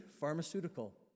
pharmaceutical